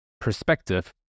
perspective